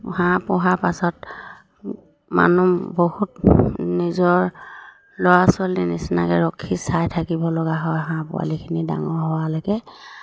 হাঁহ পোহাৰ পাছত মানুহ বহুত নিজৰ ল'ৰা ছোৱালীৰ নিচিনাকৈ ৰখি চাই থাকিব লগা হয় হাঁহ পোৱালিখিনি ডাঙৰ হোৱালৈকে